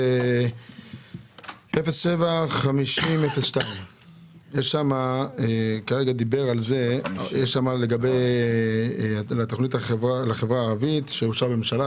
תכנית 07-50-02. תכנית לחברה הערבית שאושר בממשלה.